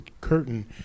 curtain